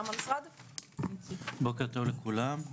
בוקר טוב לכולם,